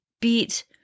beat